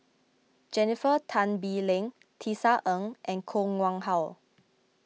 Jennifer Tan Bee Leng Tisa Ng and Koh Nguang How